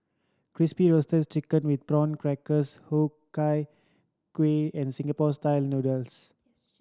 Crispy Roasted Chicken with Prawn Crackers Ku Chai Kueh and Singapore Style Noodles